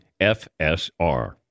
FSR